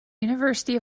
university